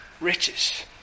riches